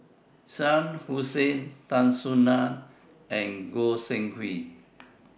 Shah Hussain Tan Soo NAN and Goi Seng Hui